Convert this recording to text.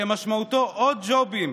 שמשמעותו עוד ג'ובים,